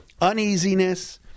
uneasiness